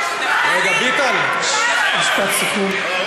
ביטן, משפט סיכום.